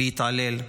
להתעלל.